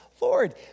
Lord